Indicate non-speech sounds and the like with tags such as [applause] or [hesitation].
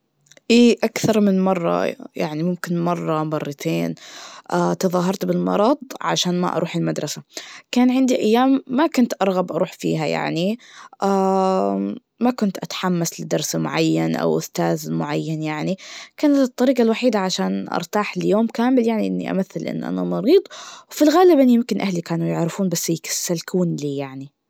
إي أكثر من مرة, يعني ممكن مر مرتين [hesitation] تظاهرت بالمرض, عشان ما أروح المدسة, يعني عندي أيام, ما كنت أرغب أروح فيها يعني, [hesitation] ما كنت أتحمس لدرس معين, أو أستاذ معين يعني, كانت الطريجة الوحيدة عشان أرتاح ليوم كامل يعني اني أمثل, إن انا مريض, وفالغالب يمكن إن أهلي كانوا يعرفون بس يكسلكون -يسلكون- لي يعني.